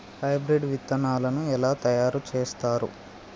Hybrid విత్తనాలను ఎలా తయారు చేస్తారు?